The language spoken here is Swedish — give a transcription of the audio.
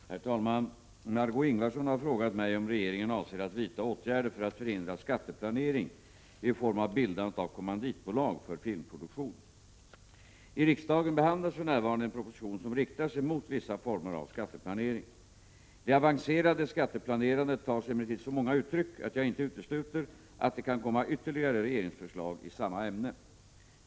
Herr talman! I riksdagen behandlas för närvarande en proposition som riktar sig mot vissa former av skatteplanering . Det avancerade skatteplanerandet tar sig emellertid så många uttryck att jag inte utesluter att det kan komma ytterligare regeringsförslag i samma ämne.